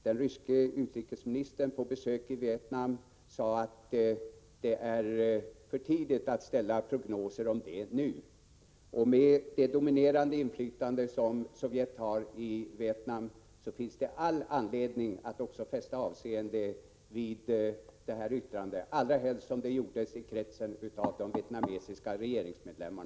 Den ryske utrikesministern, på besök i Vietnam, sade att det är för tidigt att ställa prognoser om det nu. Med tanke på det dominerande inflytande som Sovjet har i Vietnam finns det all anledning att fästa avseende vid detta yttrande, allra helst som det gjordes i kretsen av vietnamesiska regeringsmedlemmar.